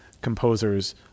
composers